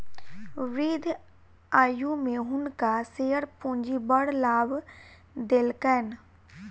वृद्ध आयु में हुनका शेयर पूंजी बड़ लाभ देलकैन